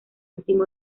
último